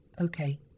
okay